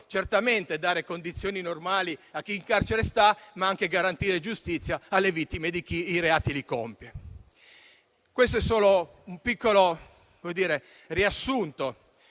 certamente dare condizioni normali a chi in carcere sta, ma anche garantire giustizia alle vittime di chi i reati li compie. Questo è solo un piccolo riassunto